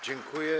Dziękuję.